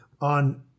on